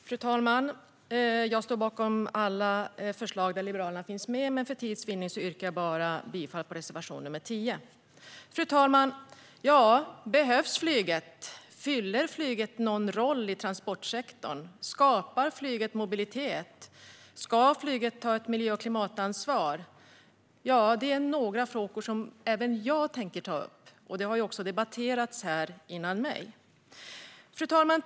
Fru talman! Jag står bakom alla förslag där Liberalerna finns med, men för tids vinnande yrkar jag bifall bara till reservation nr 10. Fru talman! Behövs flyget? Fyller flyget någon funktion i transportsektorn? Skapar flyget mobilitet? Ska flyget ta ett miljö och klimatansvar? Dessa är några frågor som även jag tänker ta upp - de har ju debatterats här före mig. Fru talman!